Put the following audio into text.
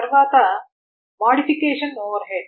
తర్వాత modification overhead